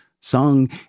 sung